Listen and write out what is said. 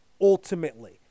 ultimately